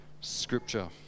Scripture